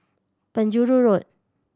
Penjuru Road